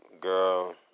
girl